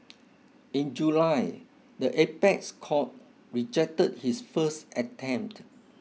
in July the apex court rejected his first attempt